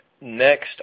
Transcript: Next